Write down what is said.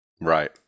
Right